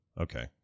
Okay